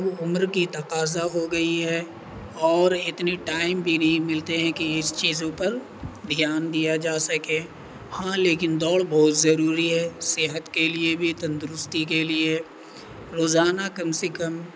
وہ عمر کی تقاضہ ہو گئی ہے اور اتنے ٹائم بھی نہیں ملتے ہیں کہ اس چیزوں پر دھیان دیا جا سکے ہاں لیکن دوڑ بہت ضروری ہے صحت کے لیے بھی تندرستی کے لیے روزانہ کم سے کم